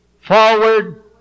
forward